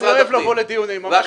אני אוהב לבוא לדיונים, ממש מעניין פה.